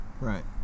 right